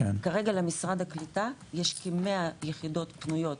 כרגע למשרד הקליטה יש כ-100 יחידות פנויות